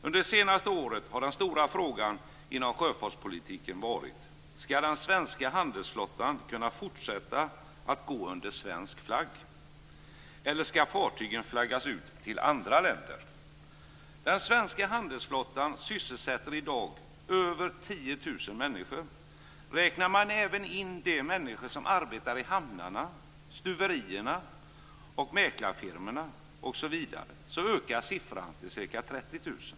Under de senaste åren har den stora frågan inom sjöfartspolitiken varit: Skall den svenska handelsflottan kunna fortsätta att gå under svensk flagg, eller skall dess fartyg flaggas ut till andra länder? Den svenska handelsflottan sysselsätter i dag över 10 000 människor. Räknar man även in de människor som arbetar i hamnarna, stuverierna, mäklarfirmorna osv., ökar antalet till ca 30 000.